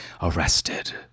arrested